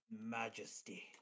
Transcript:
majesty